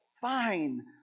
Fine